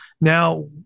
now